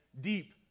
deep